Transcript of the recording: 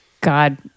God